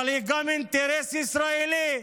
אבל גם אינטרס ישראלי.